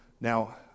Now